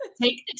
take